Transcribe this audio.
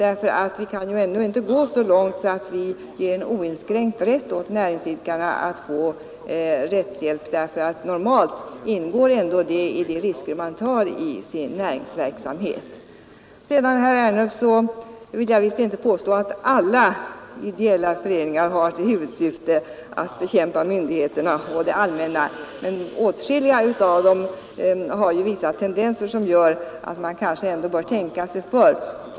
Vi kan ändå inte gå så långt att vi ger oinskränkt rätt åt näringsidkarna att få rättshjälp. Normalt ingår det i de risker man får ta i sin näringsverksamhet. Herr Ernulf! Jag vill visst inte påstå att alla ideella föreningar har till huvudsyfte att bekämpa myndigheterna och det allmänna, men åtskilliga av dem har vissa tendenser som gör att man kanske bör tänka sig för.